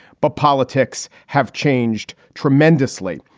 but politics have changed tremendously.